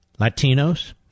Latinos